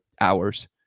hours